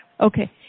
Okay